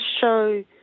show